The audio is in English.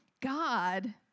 God